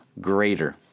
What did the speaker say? greater